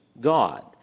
God